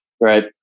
right